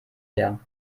leer